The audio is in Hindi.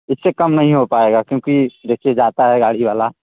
उससे कम नहीं हो पाएगा क्योंकि देखिए जाता है गाड़ी वाला